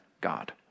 God